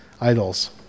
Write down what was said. idols